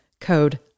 code